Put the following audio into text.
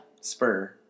Spur